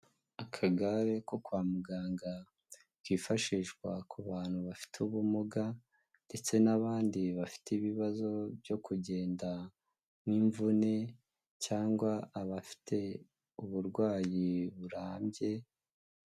Akagare ko kwa muganga kifashishwa ku bantu bafite ubumuga ndetse n'abandi bafite ibibazo byo kugenda nk'imvune cyangwa abafite uburwayi burambye.